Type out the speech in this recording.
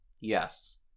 Yes